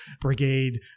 brigade